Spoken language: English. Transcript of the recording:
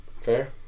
Fair